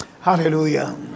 Hallelujah